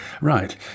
Right